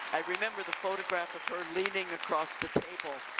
i remember the photograph of her leaning across the table